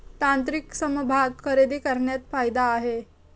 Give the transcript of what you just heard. तांत्रिक समभाग खरेदी करण्यात फायदा आहे